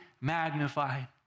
magnified